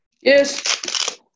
Yes